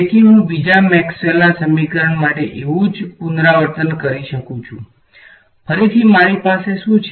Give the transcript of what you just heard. તેથી હું બીજા મેક્સવેલના સમીકરણ માટે એવુ જ પુનરાવર્તન કરી શકું છું ફરીથી મારી પાસે શું છે